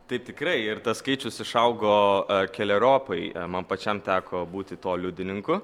taip tikrai ir tas skaičius išaugo keleriopai man pačiam teko būti to liudininku